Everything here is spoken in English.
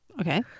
Okay